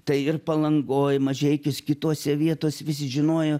tai ir palangoj mažeikiuos kitose vietose visi žinojo